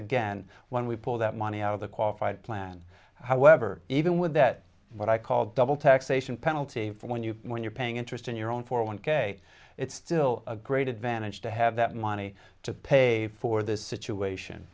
again when we pull that money out of the qualified plan however even with that what i call double taxation penalty for when you when you're paying interest on your own for one k it's still a great advantage to have that money to pay for this